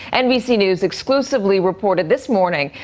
nbc news exclusively reported this morning,